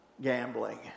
gambling